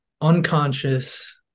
Unconscious